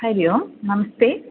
हरिः ओम् नमस्ते